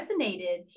resonated